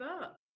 up